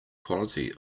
quality